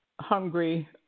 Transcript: hungry